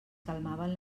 calmaven